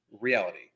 reality